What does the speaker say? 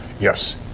yes